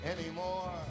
anymore